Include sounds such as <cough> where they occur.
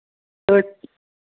<unintelligible>